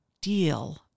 deal